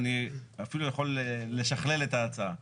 אני אפילו יכול לשכלל את ההצעה.